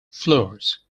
floors